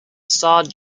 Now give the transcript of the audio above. starred